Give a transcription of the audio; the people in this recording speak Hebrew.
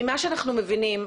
ממה שאנחנו מבינים,